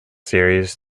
series